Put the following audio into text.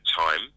time